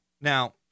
Now